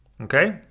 Okay